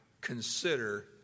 consider